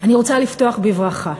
אני רוצה לפתוח בברכה.